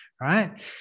right